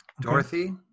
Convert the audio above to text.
Dorothy